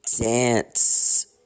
dance